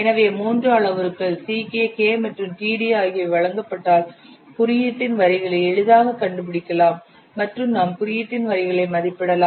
எனவே மூன்று அளவுருக்கள் Ck K மற்றும் td ஆகியவை வழங்கப்பட்டால் குறியீட்டின் வரிகளை எளிதாகக் கண்டுபிடிக்கலாம் மற்றும் நாம் குறியீட்டின் வரிகளை மதிப்பிடலாம்